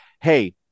hey